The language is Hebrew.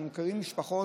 אנחנו מכירים משפחות,